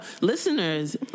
Listeners